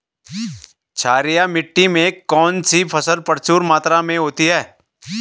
क्षारीय मिट्टी में कौन सी फसल प्रचुर मात्रा में होती है?